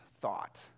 thought